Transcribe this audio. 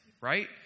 right